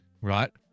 right